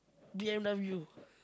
B_M_W